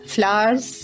Flowers